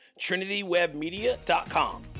trinitywebmedia.com